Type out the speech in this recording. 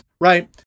right